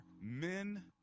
men